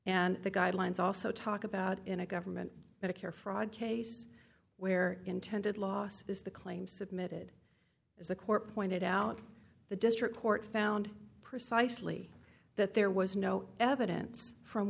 and the guidelines also talk about in a government that a care fraud case where intended lost is the claim submitted as a court pointed out the district court found precisely that there was no evidence from